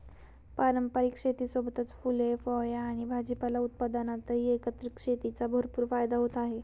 पारंपारिक शेतीसोबतच फुले, फळे आणि भाजीपाला उत्पादनातही एकत्रित शेतीचा भरपूर फायदा होत आहे